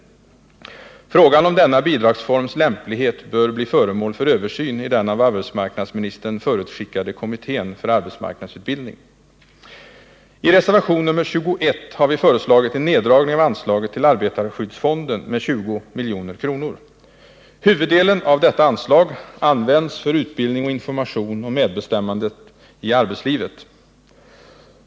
Frågan om bidragsformens lämplighet bör bli föremål för översyn i den av arbetsmarknadsministern förutskickade kommittén för arbetsmarknadsutbildning. I reservation nr 21 har vi föreslagit en neddragning av anslaget till arbetarskyddsfonden med 20 milj.kr. Huvuddelen av detta anslag används för utbildning och information om medbestämmande i arbetslivet.